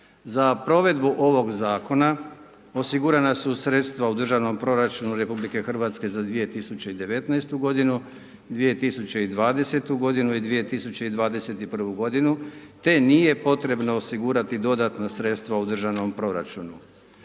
Za provedbu ovog Zakona osigurana su sredstva u državnom proračunu Republike Hrvatske za 2019. godinu, 2020. godinu i 2021. godinu, te nije potrebno osigurati dodatna sredstva u državnom proračunu.